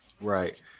right